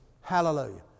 Hallelujah